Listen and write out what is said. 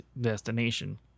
destination